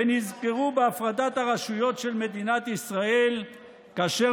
ונזכרו בהפרדת הרשויות של מדינת ישראל כאשר